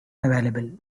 available